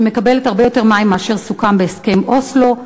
שמקבלת הרבה יותר מים מאשר סוכם בהסכם אוסלו,